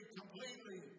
completely